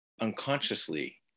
unconsciously